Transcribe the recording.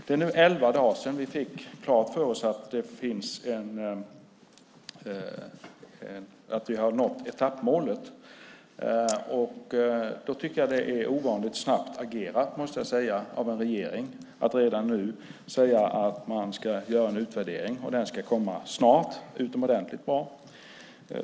Det är nu elva dagar sedan vi fick klart för oss att vi har nått etappmålet. Då tycker jag att det är ovanligt snabbt agerat av en regering att redan nu säga att man ska göra en utvärdering och att den ska läggas fram snart. Det är utomordentligt bra.